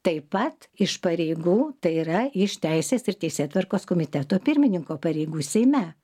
taip pat iš pareigų tai yra iš teisės ir teisėtvarkos komiteto pirmininko pareigų seime